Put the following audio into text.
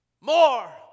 More